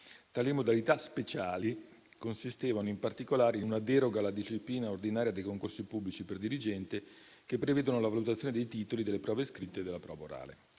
Tali modalità speciali consistevano, in particolare, in una deroga alla disciplina ordinaria dei concorsi pubblici per dirigente, che prevedono la valutazione dei titoli, delle prove scritte e della prova orale.